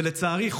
ולצערי,